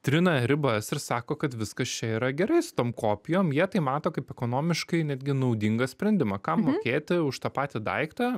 trina ribas ir sako kad viskas čia yra gerai su tom kopijom jie tai mato kaip ekonomiškai netgi naudingą sprendimą kam mokėti už tą patį daiktą